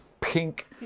pink